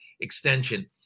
extension